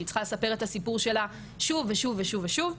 שהיא צריכה לספר את הסיפור שלה שוב ושוב ושוב ושוב.